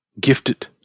Gifted